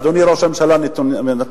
אדוני ראש הממשלה נתניהו,